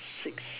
six